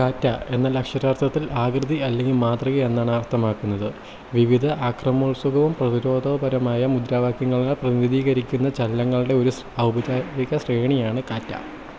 കാറ്റ എന്നാൽ അക്ഷരാർത്ഥത്തിൽ ആകൃതി അല്ലെങ്കിൽ മാതൃക എന്നാണ് അർത്ഥമാക്കുന്നത് വിവിധ ആക്രമണോത്സുകവും പ്രതിരോധപരവുമായ മുദ്രാവാക്യങ്ങളെ പ്രതിനിധീകരിക്കുന്ന ചലനങ്ങളുടെ ഒരു സ് ഔപചാരിക ശ്രേണിയാണ് കാറ്റ